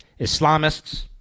Islamists